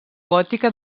gòtica